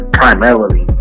primarily